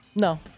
No